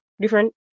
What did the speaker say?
different